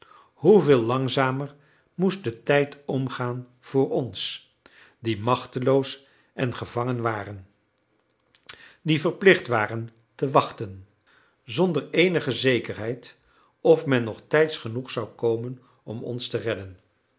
hoeveel langzamer moest de tijd omgaan voor ons die machteloos en gevangen waren die verplicht waren te wachten zonder eenige zekerheid of men nog tijds genoeg zou komen om ons te redden